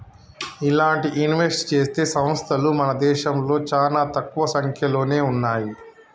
ఇలాంటి ఇన్వెస్ట్ చేసే సంస్తలు మన దేశంలో చానా తక్కువ సంక్యలోనే ఉన్నయ్యి